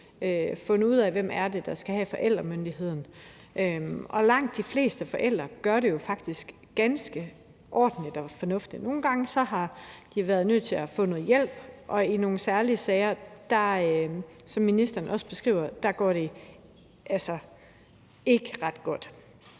finde ud af, hvem det er, der skal have forældremyndigheden – at langt de fleste forældre jo faktisk gør det ganske ordentligt og fornuftigt. Nogle gange har de været nødt til at få noget hjælp, og i nogle særlige sager, som ministeren også beskriver, går det ikke ret godt.